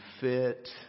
fit